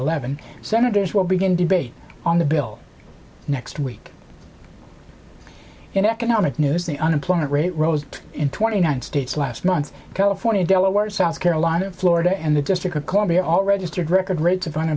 eleven senators will begin debate on the bill next week in economic news the unemployment rate rose in twenty nine states last month california delaware south carolina florida and the district of columbia all registered record rates